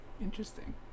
interesting